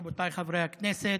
רבותיי חברי הכנסת,